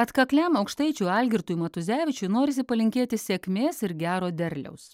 atkakliam aukštaičių algirdui matuzevičiui norisi palinkėti sėkmės ir gero derliaus